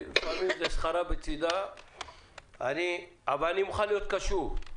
אני מוכן להיות קשוב.